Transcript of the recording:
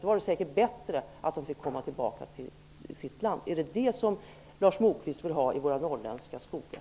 Då var det säkert bättre att de fick komma tillbaka till sitt land. Är det sådana läger som Lars Moquist vill ha i våra norrländska skogar?